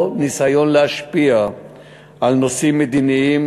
או ניסיון להשפיע על נושאים מדיניים,